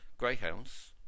greyhounds